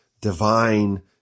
Divine